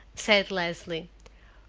said leslie.